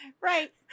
right